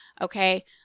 okay